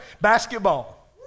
Basketball